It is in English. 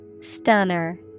Stunner